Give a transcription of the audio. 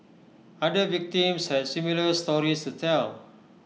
other victims has similar stories to tell